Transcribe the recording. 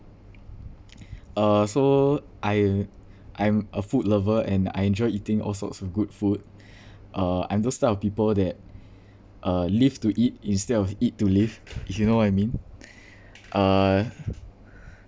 uh so I'm I'm a food lover and I enjoy eating all sorts of good food uh I'm those type of people that uh live to eat instead of eat to live if you know what I mean uh